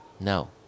No